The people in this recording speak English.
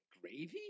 Gravy